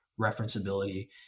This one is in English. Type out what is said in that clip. referenceability